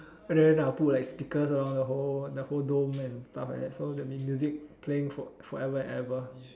then I'll put like speakers around the whole the whole dome and stuff like that so there'll be music playing for forever and ever